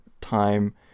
time